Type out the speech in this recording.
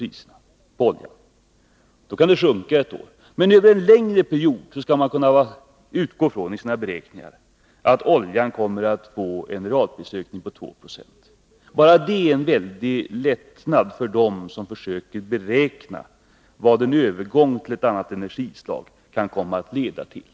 Då kan priset i stället nästa år komma att sjunka. Men över en längre period skall mani sina beräkningar kunna utgå från att oljan kommer att stiga realt med 2 90 per år. Detta undrlättar för dem som försöker beräkna vad en övergång från olja till annat energislag kan komma att leda till.